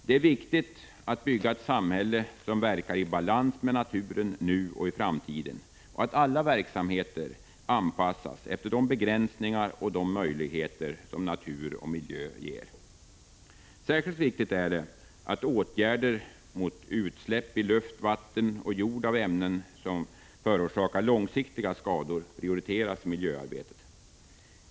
Det är viktigt att bygga ett samhälle som verkar i balans med naturen nu och i framtiden och att anpassa alla verksamheter efter de begränsningar och de möjligheter som natur och miljö ger. Särskilt viktigt är det att åtgärder mot utsläpp i luft, vatten och jord av ämnen som förorsakar långsiktiga skador prioriteras i miljöarbetet.